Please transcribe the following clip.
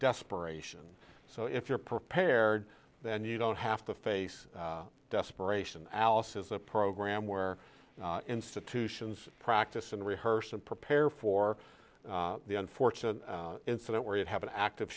desperation so if you're prepared then you don't have to face desperation alice has a program where institutions practice and rehearse and prepare for the unfortunate incident where you'd have an active